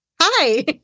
hi